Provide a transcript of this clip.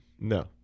No